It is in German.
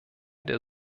der